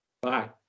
Bye